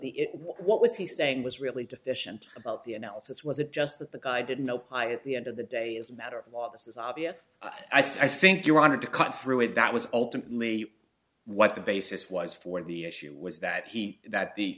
was what was he saying was really deficient about the analysis was it just that the guy didn't know pi at the end of the day as a matter of law this is obvious i think you wanted to cut through it that was ultimately what the basis was for the issue was that he that